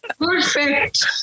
perfect